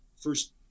first